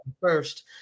first